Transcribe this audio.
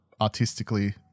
artistically